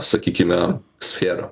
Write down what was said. sakykime sferą